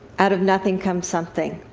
out of nothing comes something.